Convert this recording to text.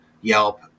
Yelp